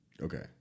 Okay